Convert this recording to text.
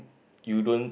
you don't